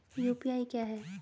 UPI क्या है?